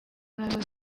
nazo